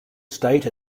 estate